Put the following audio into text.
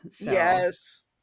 Yes